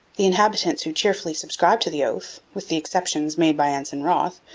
the inhabitants who cheerfully subscribed to the oath, with the exceptions made by ensign wroth,